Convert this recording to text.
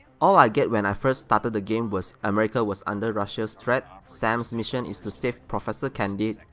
all i get when i first started the game was america was under russia's threat, sam's mission is to save professor candide,